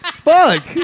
Fuck